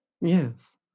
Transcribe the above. Yes